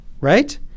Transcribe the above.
Right